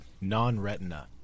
Non-retina